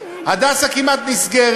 "הדסה" כמעט נסגר,